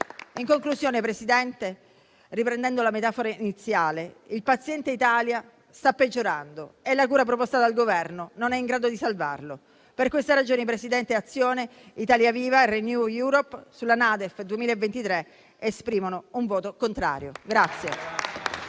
In conclusione, Presidente, riprendendo la metafora iniziale, il paziente Italia sta peggiorando e la cura proposta dal Governo non è in grado di salvarlo. Per queste ragioni, Presidente, il Gruppo Azione-ItaliaViva-RenewEurope esprime un voto contrario sulla